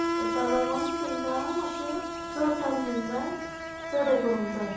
ताका लागोन तांकां मातशें चड टायम दिवंक जाय चड हें करूंक जाय